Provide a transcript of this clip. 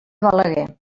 balaguer